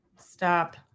stop